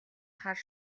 хар